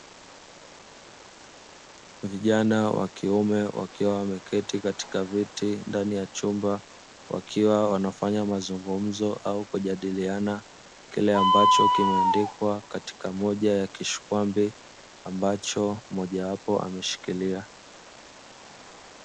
Vijana wa kiume wakiwa wameketi katika viti ndani ya chumba; wakiwa wanafanya mazungumzo au kujadiliana kile ambacho kimeandikwa katika moja ya kishikwambi ambacho mmoja wapo ameshikilia.